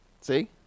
See